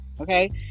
Okay